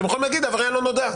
אתם יכולים להגיד, עבריין לא נודע.